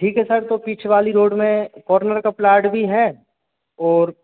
ठीक है सर तो पीछे वाली रोड में कॉर्नर का प्लाट भी है और